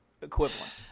equivalent